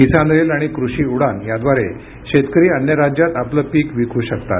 किसान rail आणि कृषी उडान याद्वारे शेतकरी अन्य राज्यात आपलं पिक विकू शकतात